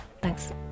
Thanks